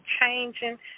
changing